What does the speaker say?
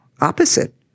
opposite